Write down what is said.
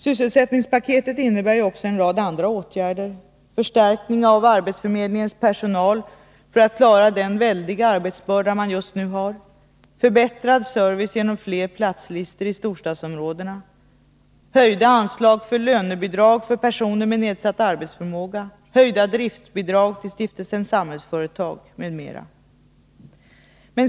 Sysselsättningspaketet innebär också en rad andra åtgärder, t.ex. förstärkning av arbetsförmedlingarnas personal för att klara den enorma arbetsbörda den just nu har, förbättrad service genom fler platslistor i storstadsområdena, höjda anslag för lönebidrag till personer med nedsatt arbetsförmåga och höjt driftbidrag till Stiftelsen Samhällsföretag.